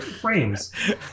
frames